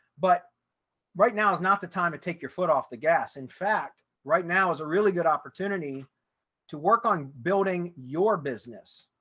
but right now is not the time to take your foot off the gas. in fact, right now is a really good opportunity to work on building your business,